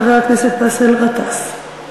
חבר הכנסת באסל גטאס.